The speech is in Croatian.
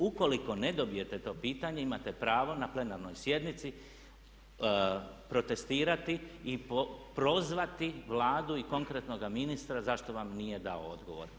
Ukoliko ne dobijete to pitanje imate pravo na plenarnoj sjednici protestirati i prozvati Vladu i konkretnoga ministra zašto vam nije dao odgovor.